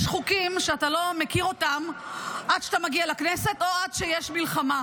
יש חוקים שאתה לא מכיר אותם עד שאתה מגיע לכנסת או עד שיש מלחמה.